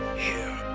here